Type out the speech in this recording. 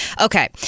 okay